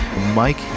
Mike